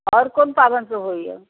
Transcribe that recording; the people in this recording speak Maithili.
आओर कोन पाबनि सभ होइए